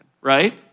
right